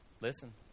Listen